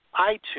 iTunes